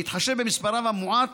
בהתחשב במספרם המועט